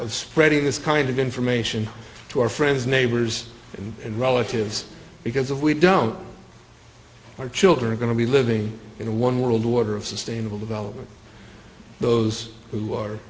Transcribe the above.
of spreading this kind of information to our friends neighbors and relatives because of we don't our children are going to be living in a one world order of sustainable development those who are